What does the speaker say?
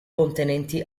contenenti